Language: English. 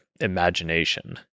imagination